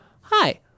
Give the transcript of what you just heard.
Hi